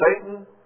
Satan